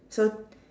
so